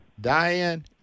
Diane